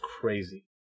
crazy